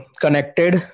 connected